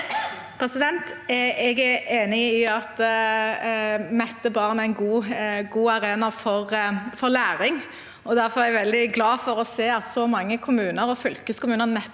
Jeg er enig i at mette barn er en god arena for læring. Derfor er jeg veldig glad for å se at så mange kommuner og fylkeskommuner